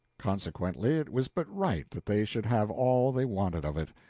consequently it was but right that they should have all they wanted of it.